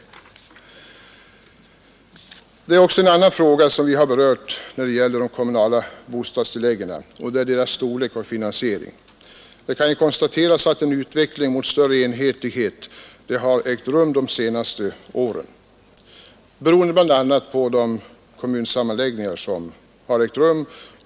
Vi har berört också en annan fråga när det gäller de kommunala bostadstilläggen, nämligen deras storlek och finansiering. Det kan konstateras att en utveckling mot större enhetlighet har ägt rum under de senaste åren, beroende bl.a. på de kommunsammanläggningar som har skett.